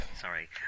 Sorry